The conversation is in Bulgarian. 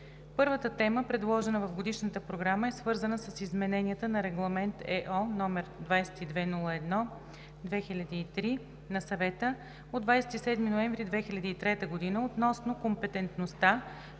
Първата тема, предложена в Годишната програма, е свързана с измененията на Регламент (ЕО) № 2201/2003 на Съвета от 27 ноември 2003 година относно компетентността,